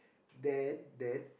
then then